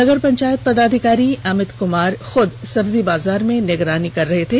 नगर पंचायत पदाधिकारी अमित कुमार खुद सब्जी बाजार में निगरानी कर रहे थे